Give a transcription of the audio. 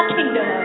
Kingdom